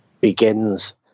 begins